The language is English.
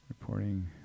Reporting